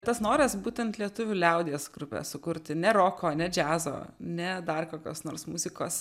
tas noras būtent lietuvių liaudies grupę sukurti ne roko ne džiazo ne dar kokios nors muzikos